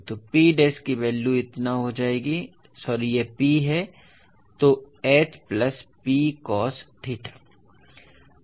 तो P dash की value इतना हो जाएगा सॉरी यह P है तो H plus P cos theta